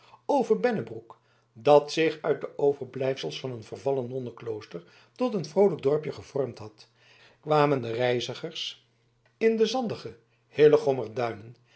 over bennebroek dat zich uit de overblijfsels van een vervallen nonnenklooster tot een vroolijk dorpje vervormd had kwamen de reizigers in de zandige